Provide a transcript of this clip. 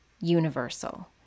Universal